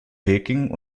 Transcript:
peking